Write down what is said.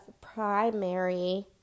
primary